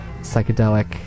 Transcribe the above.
psychedelic